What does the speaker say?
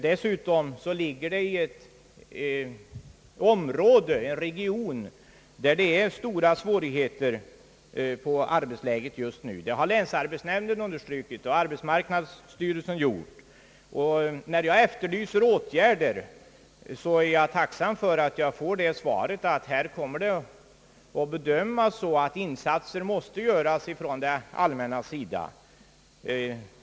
Dessutom ligger företaget i en region där det råder stora svårigheter på arbetsmarknaden just nu, vilket både länsarbetsnämnden och arbetsmarknadsstyreisen understrukit. När jag efterlyser åtgärder, är jag tacksam för att jag fått det svaret att regeringen kommer att bedöma saken så att insatser måste göras från det allmännas sida.